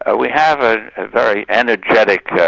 ah we have a very energetic